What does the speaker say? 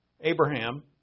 Abraham